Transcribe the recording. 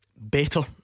better